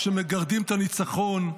כשמגרדים את הניצחון?